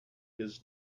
his